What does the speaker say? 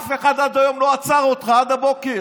ואף אחד עד היום לא עצר אותך, עד הבוקר.